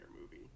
movie